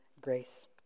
grace